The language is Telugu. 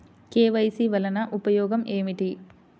కే.వై.సి వలన ఉపయోగం ఏమిటీ?